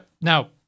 now